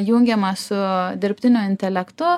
jungiama su dirbtiniu intelektu